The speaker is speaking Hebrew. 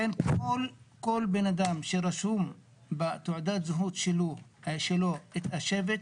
ולכן כל אדם שרשום בתעודת זהות שלו שם השבט,